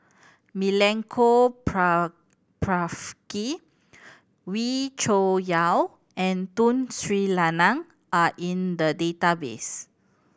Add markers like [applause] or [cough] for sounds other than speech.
Milenko [unintelligible] Prvacki Wee Cho Yaw and Tun Sri Lanang are in the database